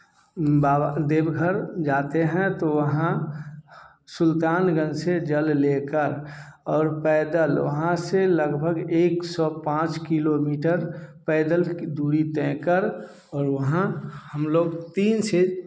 बाबा देवघर जाते हैं तो वहाँ सुल्तान गंज से जल लेकर और पैदल वहाँ से लगभग एक सौ पाँच किलोमीटर पैदल दूरी तय कर और वहाँ हम लोग तीन से